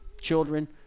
children